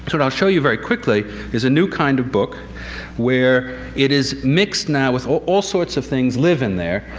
what i'll show you very quickly is a new kind of book where it is mixed now with. all sorts of things live in there,